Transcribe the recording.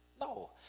no